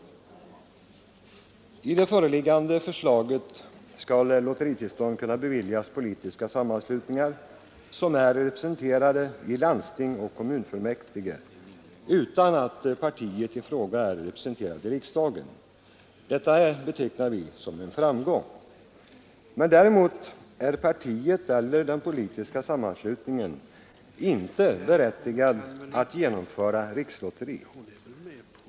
Enligt det föreliggande förslaget skall lotteritillstånd kunna beviljas politiska sammanslutningar som är representerade i landsting och kommunfullmäktige utan att partiet i fråga är representerat i riksdagen. Detta betecknar vi som en framgång. Däremot har partiet eller den politiska sammanslutningen i fråga inte rätt att genomföra rikslotteri.